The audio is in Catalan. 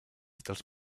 dels